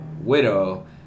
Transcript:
widow